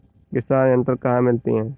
किसान यंत्र कहाँ मिलते हैं?